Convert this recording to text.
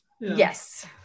Yes